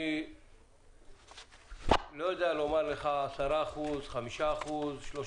אני לא יודע לומר לך אם 10%, 5%, 3%,